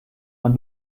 man